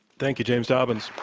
thank you, james dobbins.